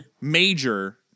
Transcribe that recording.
major